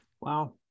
Wow